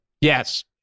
Yes